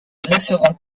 laisserons